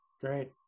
great